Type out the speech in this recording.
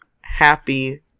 happy